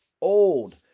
old